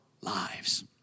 lives